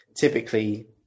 typically